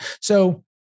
So-